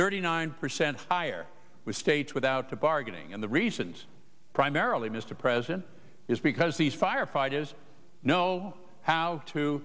thirty nine percent higher with states without the bargaining and the reasons primarily mr president is because these firefighters know how to